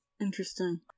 Interesting